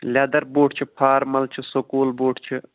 leather بوٗٹھ چھِ formal چھِ سکوٗل بوٗٹھ چھِ